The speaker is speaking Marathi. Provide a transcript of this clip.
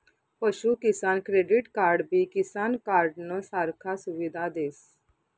पशु किसान क्रेडिट कार्डबी किसान कार्डनं सारखा सुविधा देस